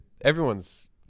everyone's